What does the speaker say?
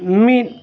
ᱢᱤᱫ